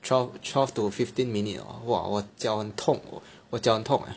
twelve twelve to fifteen minute !wah! 我脚很痛我脚很痛 leh